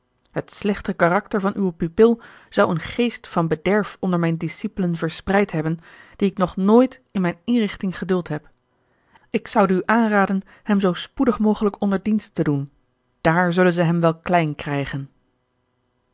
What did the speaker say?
het slechte karakter van uwen pupil zou eenen geest van bederf onder mijne discipelen verspreid hebben dien ik nog nooit in mijne inrigting geduld heb ik zoude u aanraden hem zoo spoedig mogelijk onder dienst te doen daar zullen zij hem wel klein krijgen